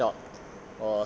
maybe outside my shop